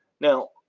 Now